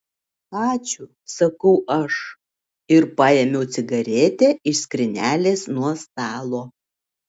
ačiū sakau aš ir paėmiau cigaretę iš skrynelės nuo stalo